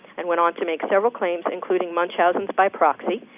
and went on to make several claims, including munchausen by proxy,